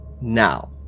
Now